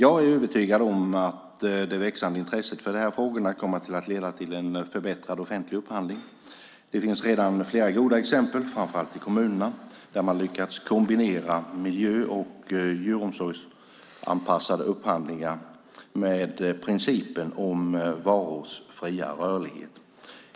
Jag är övertygad om att det växande intresset för de här frågorna kommer att leda till en förbättrad offentlig upphandling. Det finns redan flera goda exempel, framför allt i kommunerna, där man lyckas kombinera miljö och djuromsorgsanpassade upphandlingar med principen om varors fria rörlighet.